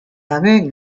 gabe